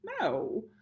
no